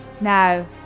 Now